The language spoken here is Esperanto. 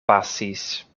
pasis